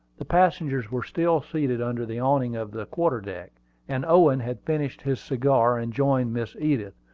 the passengers were still seated under the awning of the quarter-deck and owen had finished his cigar and joined miss edith,